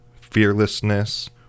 fearlessness